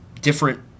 different